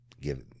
give